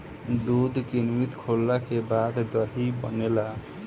दूध किण्वित होखला के बाद दही बनेला